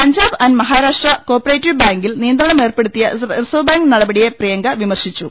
Punjab and Maharashtra cooperative ബാങ്കിൽ നിയന്ത്രണമേർപ്പെ ടുത്തിയ റിസർവ് ബാങ്ക് നടപടിയെ പ്രിയങ്ക വിമർശിച്ചു